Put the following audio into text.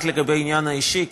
הערת לגבי העניין האישי,